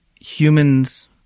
humans